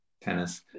Tennis